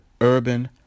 Urban